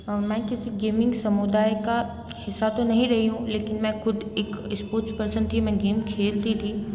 और मैं किसी गेमिंग समुदाय का हिस्सा तो नहीं रही हूँ लेकिन मैं खुद एक स्पोर्ट्स पर्सन थी मैं गेम खेलती थी